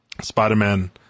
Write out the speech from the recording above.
Spider-Man